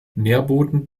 nährboden